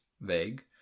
vague